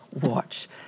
watch